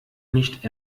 nicht